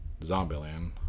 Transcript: Zombieland